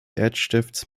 erzstifts